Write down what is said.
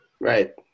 Right